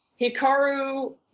Hikaru